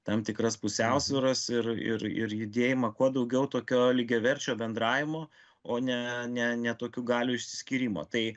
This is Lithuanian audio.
tam tikras pusiausvyras ir ir ir judėjimą kuo daugiau tokio lygiaverčio bendravimo o ne ne ne tokių galių išsiskyrimo tai